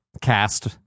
cast